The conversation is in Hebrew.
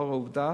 לנוכח העובדה